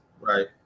Right